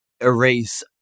erase